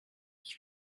ich